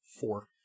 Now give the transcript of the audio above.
Four